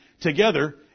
together